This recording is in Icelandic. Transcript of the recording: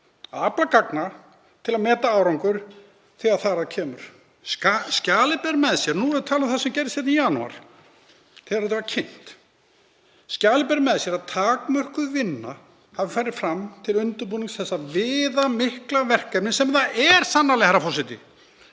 afla gagna til að meta árangur þegar þar að kemur.“ Svo er talað um það sem gerðist í janúar þegar þetta var kynnt: „Skjalið ber með sér að takmörkuð vinna hafi farið fram til undirbúnings þessa viðamikla verkefnis“ — sem það er sannarlega, herra forseti